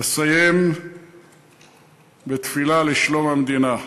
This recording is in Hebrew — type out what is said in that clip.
אסיים בתפילה לשלום המדינה: